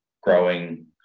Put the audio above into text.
growing